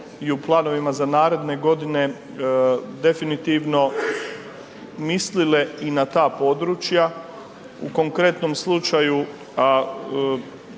i u planovima za naredne godine definitivno mislile i na ta područja. U konkretnom slučaju,